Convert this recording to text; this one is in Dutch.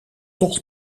toch